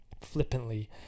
flippantly